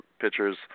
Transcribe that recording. pitchers